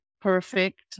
perfect